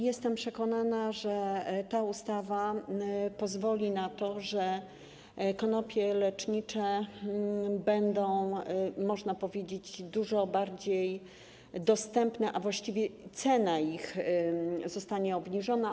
Jestem przekonana, że ta ustawa pozwoli na to, żeby konopie lecznicze były, można powiedzieć, dużo bardziej dostępne, a właściwie ich cena zostanie obniżona.